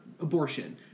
abortion